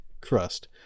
crust